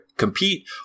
compete